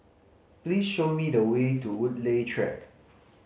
please show me the way to Woodleigh Track